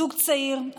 זוג צעיר,